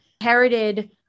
inherited